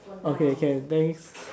okay can thanks